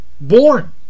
born